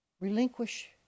Relinquish